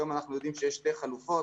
היום אנחנו יודעים שיש שתי חלופות,